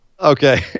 Okay